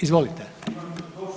Izvolite?